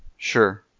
Sure